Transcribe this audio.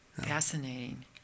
fascinating